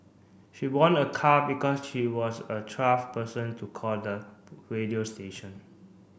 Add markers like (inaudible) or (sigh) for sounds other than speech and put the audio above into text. she won a car because she was a (unintelligible) person to call the radio station